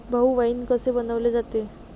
भाऊ, वाइन कसे बनवले जाते?